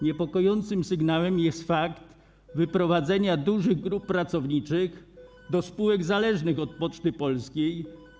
Niepokojącym sygnałem jest także fakt wyprowadzenia dużych grup pracowniczych do spółek zależnych od Poczty Polskiej.